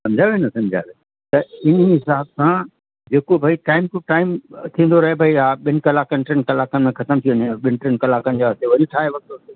समुझायव न समुझायव त हिन हिसाब सां जेको भई टाइम टू टाइम थींदो रहे भई हा ॿिनि कलाकनि टिनि कलाकनि में ख़तमु थी वञे ॿिनि टिनि कलाकनि जे वास्ते वरी ठाहे वरितोसीं